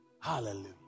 Hallelujah